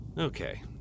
Okay